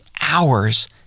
hours